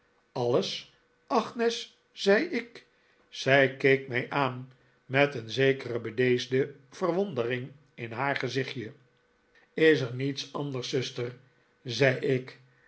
alles agnes zei ik zij keek mij aan met een zekere bedeesde verwondering in haar gezichtje is er niets anders zuster zei ik